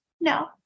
No